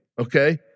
okay